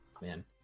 man